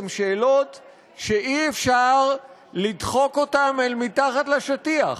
הן שאלות שאי-אפשר לדחוק אותן אל מתחת לשטיח.